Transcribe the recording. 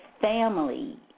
family